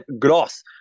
Gross